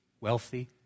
wealthy